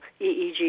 EEG